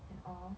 and all